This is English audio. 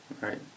Right